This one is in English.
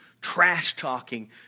trash-talking